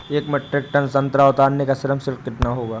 एक metric ton संतरा उतारने का श्रम शुल्क कितना होगा?